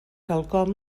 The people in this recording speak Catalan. quelcom